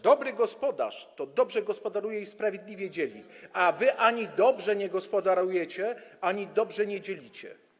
Dobry gospodarz dobrze gospodaruje i sprawiedliwie dzieli, a wy ani dobrze nie gospodarujecie, ani dobrze nie dzielicie.